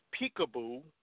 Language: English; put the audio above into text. peekaboo